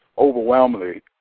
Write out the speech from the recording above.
overwhelmingly